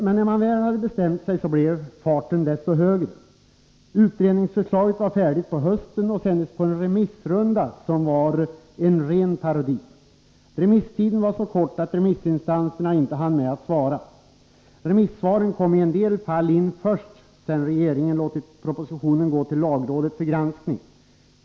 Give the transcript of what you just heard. Men när man väl hade bestämt sig blev farten desto högre. Utredningsförslaget var färdigt på hösten och sändes på en remissrunda, som var en ren parodi. Remisstiden var så kort att remissinstanserna inte hann svara. Remissvaren kom i en del fall in först sedan regeringen låtit propositionen gå till lagrådet för granskning.